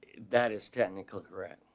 that is technically correct.